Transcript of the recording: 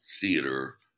Theater